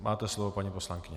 Máte slovo, paní poslankyně.